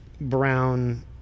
brown